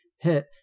hit